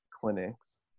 clinics